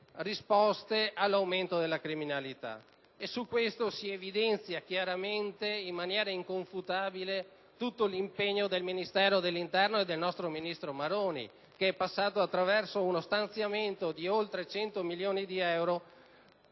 risposte all'aumento della criminalità. Al riguardo, si evidenzia chiaramente e in maniera inconfutabile tutto l'impegno del Ministero dell'interno e del nostro ministro Maroni, che è passato attraverso uno stanziamento di oltre 100 milioni di euro,